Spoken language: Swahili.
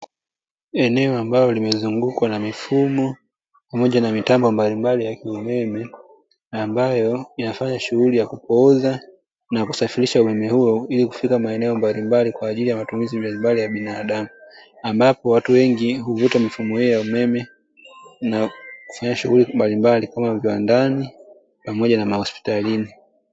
Eneo ambalo limezungukwa na mifumo pamoja na mitambo mbalimbali ya umeme, ambayo inafanya shughuli ya kupooza na kusafirisha umeme huo ilikufika maeneo mbalimbali kwa ajili ya matumizi mbalimbali ya binadamu, ambapo watu wengi huvuta mifumo hio ya umeme na kufanya shughuli mbalimbali kama viwandani pamoja na mahospitalini.